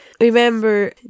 Remember